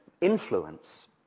influence